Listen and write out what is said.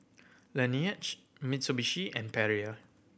Laneige Mitsubishi and Perrier